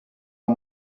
pas